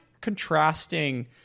contrasting